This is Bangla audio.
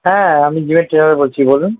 হ্যাঁ আমি জিমের ট্রেনার বলছি বলুন